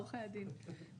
עורכי דין.